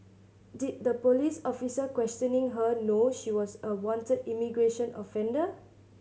did the police officer questioning her know she was a wanted immigration offender